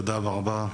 תודה רבה.